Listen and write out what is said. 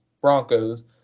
Broncos